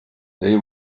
they